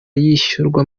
yishyurwa